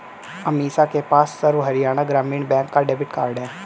अमीषा के पास सर्व हरियाणा ग्रामीण बैंक का डेबिट कार्ड है